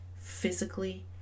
physically